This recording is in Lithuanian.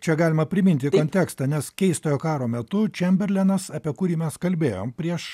čia galima priminti kontekstą nes keistojo karo metu čemberlenas apie kurį mes kalbėjom prieš